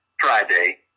Friday